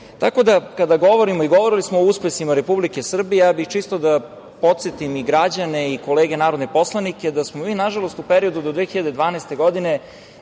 podatka došlo. Kada govorimo o uspesima Republike Srbije, ja bih čisto da podsetim i građane i kolege narodne poslanike da smo mi, nažalost, u periodu do 2012. godine